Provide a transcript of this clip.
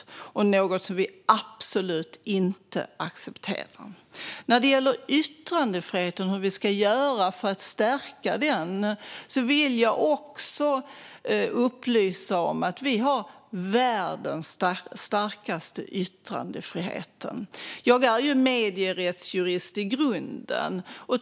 Det är något som vi absolut inte accepterar. När det gäller yttrandefriheten och vad vi ska göra för att stärka den vill jag upplysa om att vi har världens starkaste yttrandefrihet. Jag är ju medierättsjurist i grunden.